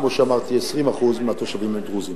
כמו שאמרתי 20% מהתושבים הם דרוזים.